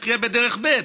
יחיה בדרך ב'.